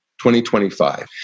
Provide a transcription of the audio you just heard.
2025